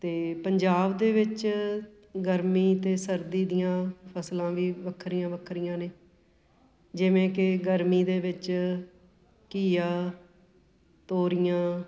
ਅਤੇ ਪੰਜਾਬ ਦੇ ਵਿੱਚ ਗਰਮੀ ਅਤੇ ਸਰਦੀ ਦੀਆਂ ਫਸਲਾਂ ਵੀ ਵੱਖਰੀਆਂ ਵੱਖਰੀਆਂ ਨੇ ਜਿਵੇਂ ਕਿ ਗਰਮੀ ਦੇ ਵਿੱਚ ਘੀਆ ਤੋਰੀਆਂ